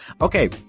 okay